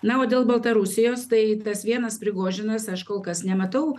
na o dėl baltarusijos tai tas vienas prigožinas aš kol kas nematau